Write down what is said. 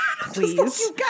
please